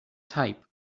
type